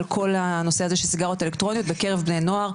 על כל הנושא הזה של סיגריות אלקטרוניות בקרב בני נוער,